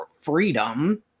freedom